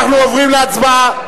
אנחנו עוברים להצבעה.